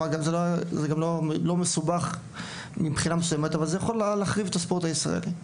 ושהוא לא מסובך מבחינה מסוימת זה יכול להחריב את הספורט הישראלי.